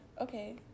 okay